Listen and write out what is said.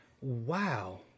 wow